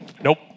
Nope